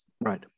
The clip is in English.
Right